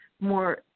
more